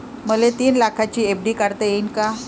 मले तीन लाखाची एफ.डी काढता येईन का?